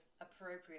appropriate